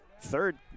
Third